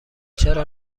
چرا